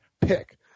pick